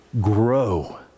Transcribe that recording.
grow